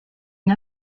une